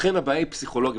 לכן הבעיה היא פסיכולוגית.